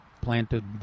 planted